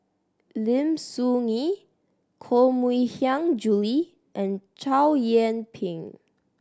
Lim Soo Ngee Koh Mui Hiang Julie and Chow Yian Ping